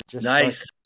Nice